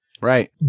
Right